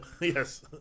Yes